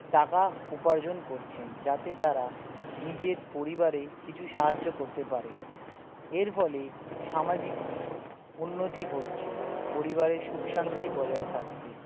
টাকা উপার্জন করছেন যাতে তারা নিজের পরিবারে কিছু সাহায্য করতে পারে এর ফলে সামাজিক উন্নতি ঘটছে পরিবারে সুখ শান্তি বজায় থাকছে